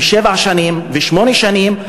הן מורות שבע שנים ושמונה שנים,